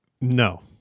No